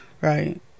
right